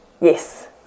Yes